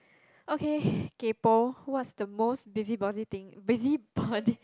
okay kaypo what's the most busybody thing busybody